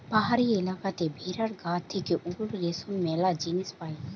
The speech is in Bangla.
পাহাড়ি এলাকাতে ভেড়ার গা থেকে উল, রেশম ম্যালা জিনিস পায়